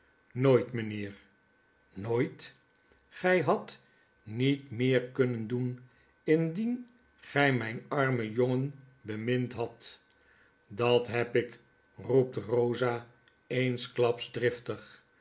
nooit mijnheer nooit gij hadt niet meer kunnen doen indien gij mijn armen jongen bemind hadt dat heb ik roept eosa eensklaps driftig